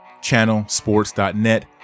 channelsports.net